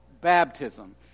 Baptism